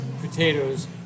potatoes